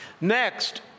Next